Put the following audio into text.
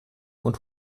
und